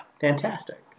fantastic